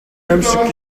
аймшиг